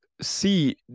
see